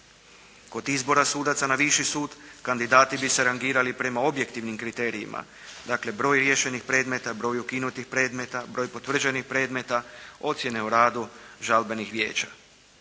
Kod izbora sudaca na viši sud kandidati bi se rangirali prema objektivnim kriterijima, dakle broj riješenih predmeta, broj ukinutih predmeta, broj potvrđenih predmeta, ocjene o radu žalbenih vijeća.